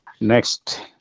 Next